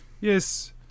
Yes